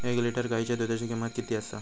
एक लिटर गायीच्या दुधाची किमंत किती आसा?